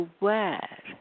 aware